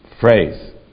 phrase